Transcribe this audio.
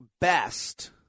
best